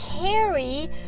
carry